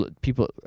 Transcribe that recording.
people